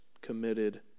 committed